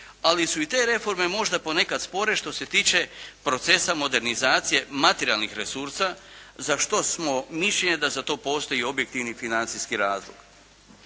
ali su i te reforme možda ponekad spore što se tiče procesa modernizacije materijalnih resursa, za što smo mišljenja da za to postoji objektivni financijski razlog.